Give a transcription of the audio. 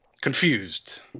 confused